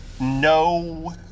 no